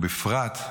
ובפרט,